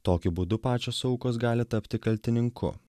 tokiu būdu pačios aukos gali tapti kaltininku